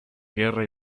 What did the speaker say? guerra